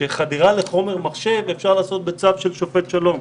שחדירה לחומר מחשב אפשר לעשות בצו של שופט שלום,